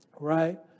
right